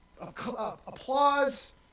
applause